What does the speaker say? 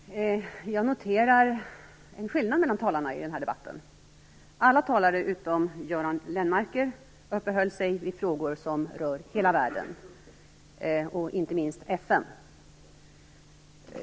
Fru talman! Jag noterar en skillnad mellan talarna i debatten. Alla talare utom Göran Lennmarker uppehöll sig vid frågor som rör hela världen, inte minst FN.